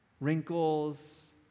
Wrinkles